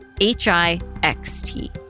H-I-X-T